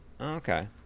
Okay